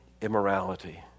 immorality